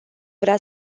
vrea